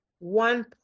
one